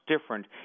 different